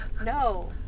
No